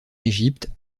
égypte